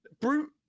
Brute